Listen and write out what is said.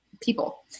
people